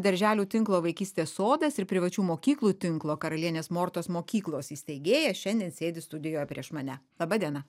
darželių tinklo vaikystės sodas ir privačių mokyklų tinklo karalienės mortos mokyklos steigėja šiandien sėdi studijoje prieš mane laba diena